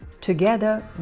Together